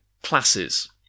classes